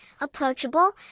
approachable